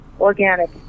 organic